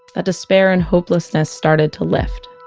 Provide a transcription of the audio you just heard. ah despair and hopelessness started to lift